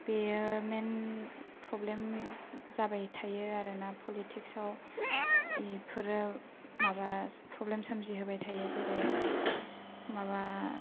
बेयो main problem जाबाय थायो आरोना पलिटिक्स आव बेफोरो माबा प्रब्लेम सोमजिहोबाय थायो जेरै माबा